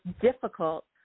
difficult